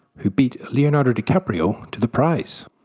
who beat leonardo dicaprio to the prize.